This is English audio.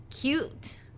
Cute